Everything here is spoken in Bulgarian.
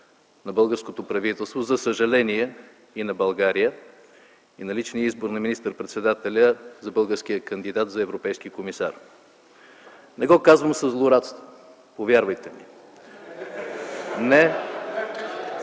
на българското правителство, за съжаление и на България, и на личния избор на министър-председателя за българския кандидат за европейски комисар. Не го казвам със злорадство – повярвайте ми!